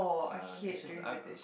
uh dished are gross